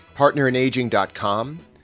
partnerinaging.com